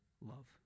love